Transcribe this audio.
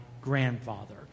grandfather